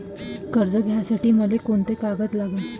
कर्ज घ्यासाठी मले कोंते कागद लागन?